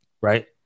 Right